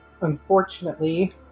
Unfortunately